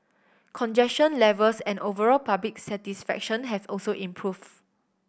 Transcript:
congestion levels and overall public satisfaction have also improved